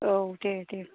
औ दे दे